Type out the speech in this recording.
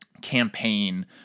campaign